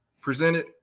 presented